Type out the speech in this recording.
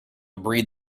breed